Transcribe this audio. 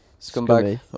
scumbag